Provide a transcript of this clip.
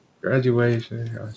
Graduation